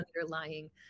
underlying